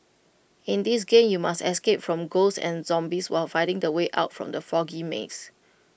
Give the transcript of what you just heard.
in this game you must escape from ghosts and zombies while finding the way out from the foggy maze